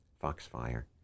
Foxfire